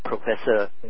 professor